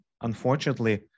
unfortunately